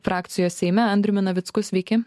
frakcijos seime andriumi navicku sveiki